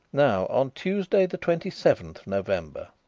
now on tuesday the twenty-seventh november.